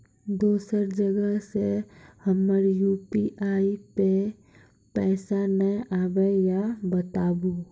दोसर जगह से हमर यु.पी.आई पे पैसा नैय आबे या बताबू?